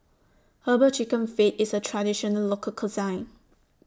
Herbal Chicken Feet IS A Traditional Local Cuisine